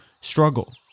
struggle